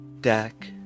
Dak